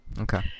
Okay